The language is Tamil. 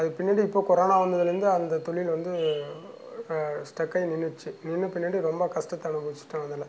அதுக்கு பின்னாடி இப்போ கொரோனா வந்ததுலேருந்து அந்த தொழில் வந்து ஸ்டக் ஆகி நின்றுடுச்சு நின்ற பின்னாடி ரொம்ப கஷ்டத்தை அனுபவித்துட்டோம் அதில்